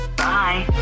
bye